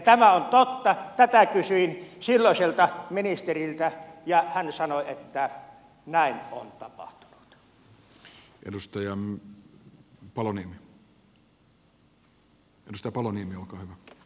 tämä on totta tätä kysyin silloiselta ministeriltä ja hän sanoi että näin on tapahtunut